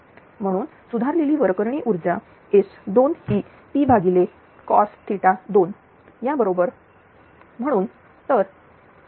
म्हणून सुधारलेली वरकरणी ऊर्जा S2ही Pcos2 याबरोबर म्हणून तर7397